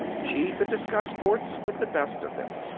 she could discuss sports with the best of them.